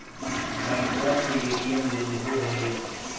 बैंकवा से ए.टी.एम लेलहो है?